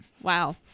wow